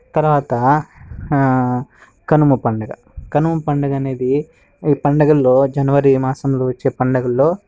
తర్వాత కనుమ పండుగ కనుమ పండుగ అనేది ఈ పండుగలలో జనవరి మాసంలో వచ్చే పండగలలో